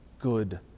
good